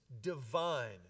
divine